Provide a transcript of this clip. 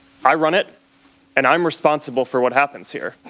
i run it and i'm responsible for what happens here.